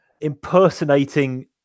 impersonating